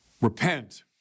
Repent